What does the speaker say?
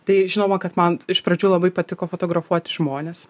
tai žinoma kad man iš pradžių labai patiko fotografuoti žmones